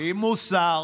עם מוסר,